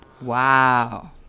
Wow